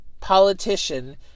politician